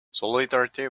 solidarity